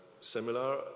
similar